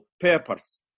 papers